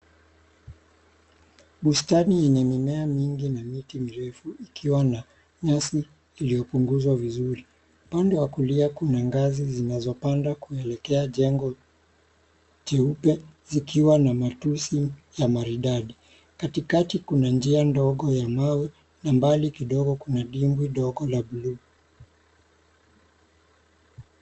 Bustani yenye mimea mingi na miti mirefu ikiwa na nyasi iliyopunguzwa vizuri. Upande wa kulia kuna ngazi zinazopanda kuelekea jengo jeupe zikiwa na matusi ya maridadi. Katikati kuna njia ndogo ya mawe na mbali kuna ndibwi la .